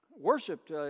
worshipped